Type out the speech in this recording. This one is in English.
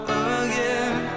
again